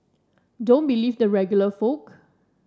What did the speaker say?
don't believe the regular folk